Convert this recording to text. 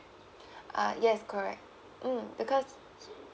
uh yes correct mm because